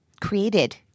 created